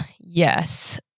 Yes